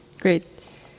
Great